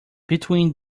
between